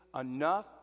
enough